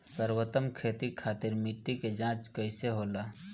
सर्वोत्तम खेती खातिर मिट्टी के जाँच कईसे होला?